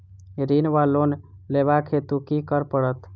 ऋण वा लोन लेबाक हेतु की करऽ पड़त?